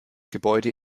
gebäude